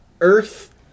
Earth